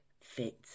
fit